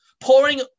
pouring